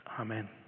amen